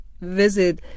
visit